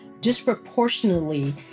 disproportionately